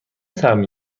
طعمی